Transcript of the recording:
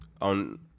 on